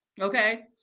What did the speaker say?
Okay